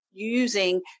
using